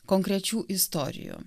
konkrečių istorijų